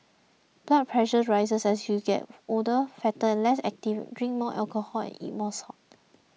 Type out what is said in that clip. blood pressure rises as you get older fatter less active drink more alcohol and eat more salt